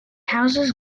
houses